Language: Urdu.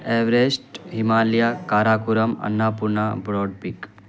Everest Himalaya Karakoram Annapurna Broad pick